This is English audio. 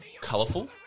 Colourful